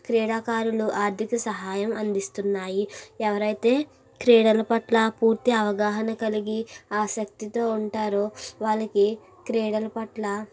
క్రీడాకారులు ఆర్థిక సహాయం అందిస్తున్నాయి ఎవరైతే క్రీడల పట్ల పూర్తి అవగాహన కలిగి ఆసక్తితో ఉంటారో వాళ్ళకి క్రీడల పట్ల